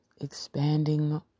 expanding